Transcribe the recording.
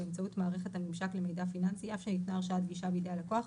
באמצעות מערכת הממשק למידע פיננסי אף שניתנה הרשאת גישה בידי הלקוח,